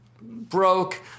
broke